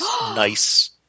nice